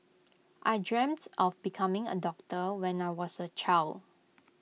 I dreamt of becoming A doctor when I was A child